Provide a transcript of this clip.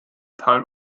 teil